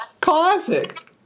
Classic